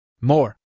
More